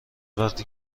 وقتی